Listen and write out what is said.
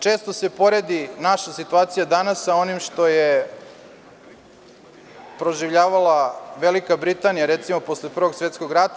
Često se poredi naša situacija danas sa onim što je proživljavala Velika Britanija posle Prvog svetskog rata.